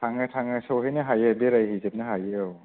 थाङो सहैनो हायो बेरायहैजोबनो हायो औ